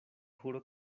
juro